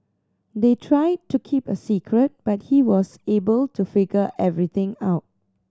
they tried to keep a secret but he was able to figure everything out